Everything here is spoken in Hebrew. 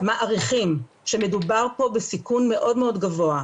מעריכים שמדובר פה בסיכון מאוד מאוד גבוה,